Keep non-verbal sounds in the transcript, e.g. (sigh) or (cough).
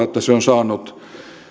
(unintelligible) että se on saanut